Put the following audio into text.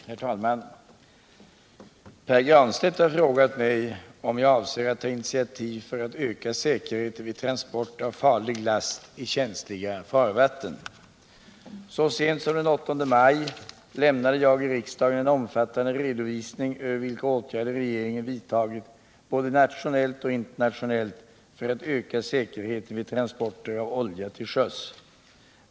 Herr talman! Pär Granstedt har frågt mig om jag avser att ta initiativ för att öka säkerheten vid transport av farlig last i känsliga farvatten. Så sent som den 8 maj lämnade jag i riksdagen en omfattande redovisning över vilka åtgärder regeringen vidtagit både nationellt och internationellt för att öka säkerheten vid transporter av olja till sjöss.